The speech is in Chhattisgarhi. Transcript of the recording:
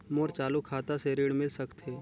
मोर चालू खाता से ऋण मिल सकथे?